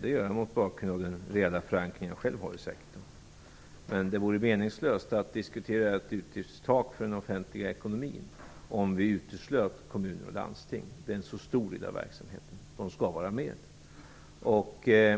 Det gör jag mot bakgrund av den förankring jag själv har i kommunsektorn. Det vore meningslöst att diskutera ett utgiftstak för den offentliga ekonomin om vi uteslöt kommuner och landsting. Deras verksamhet är stor, och de skall vara med.